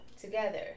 together